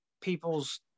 people's